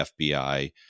FBI